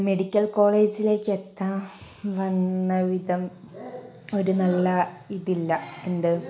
medical കോളേജിലേക്ക് എത്താൻ വന്ന വിധം ഒരു നല്ല ഇതില്ല എന്ത്